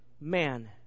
man